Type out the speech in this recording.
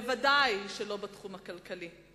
בוודאי לא בתחום הכלכלי.